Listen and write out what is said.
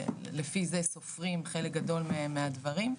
לפי זה סופרים חלק גדול מהדברים,